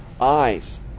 eyes